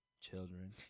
children